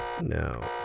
No